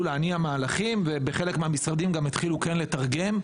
להניע מהלכים ובחלק מהמשרדים גם התחילו לתרגם,